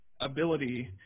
ability